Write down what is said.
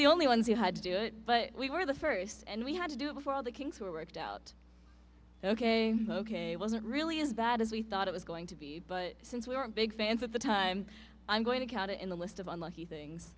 the only ones who had to do it but we were the first and we had to do it before all the kings who worked out ok ok it wasn't really as bad as we thought it was going to be but since we were big fans of the time i'm going to count it in the list of unlucky things